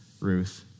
Ruth